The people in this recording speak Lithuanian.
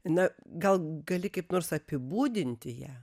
na gal gali kaip nors apibūdinti ją